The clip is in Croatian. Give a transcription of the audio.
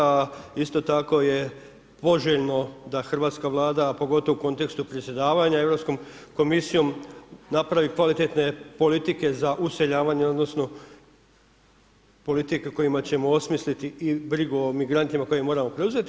A isto tako je poželjno da hrvatska Vlada pogotovo u kontekstu predsjedavanja Europskom komisijom napravi kvalitetne politike za useljavanje odnosno politike kojima ćemo osmisliti i brigu o migrantima koje moramo preuzeti.